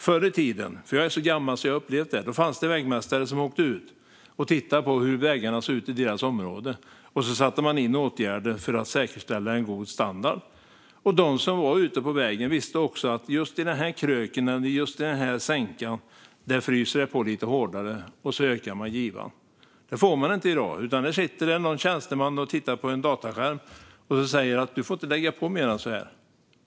Förr i tiden - jag är så gammal att jag har upplevt det - fanns det vägmästare som åkte ut och tittade hur vägarna såg ut i deras område. Sedan satte de in åtgärder för att säkerställa en god standard. De som var ute på vägen visste också att just i den här kröken eller i den här sänkan fryser det på lite hårdare, och så ökade de givan. Det får man inte i dag. Nu sitter det någon tjänsteman och tittar på en dataskärm och säger: Du får inte lägga på mer än så här.